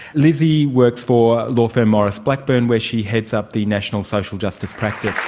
lizzie works for law firm maurice blackburn where she heads up the national social justice practice.